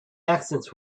accidents